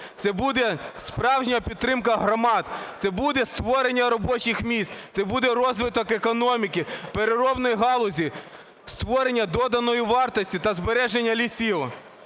Це буде справжня підтримка громад. Це буде створення робочих місць. Це буде розвиток економіки, переробної галузі, створення доданої вартості та збереження лісів.